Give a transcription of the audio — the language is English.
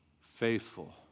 faithful